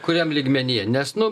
kuriam lygmenyje nes nu